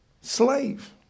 slave